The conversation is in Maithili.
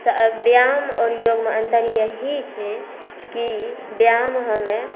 व्यायाम आओर योगमे अन्तर इएह छै कि व्यायाम हमे